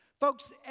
Folks